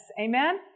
Amen